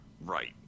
Right